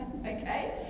okay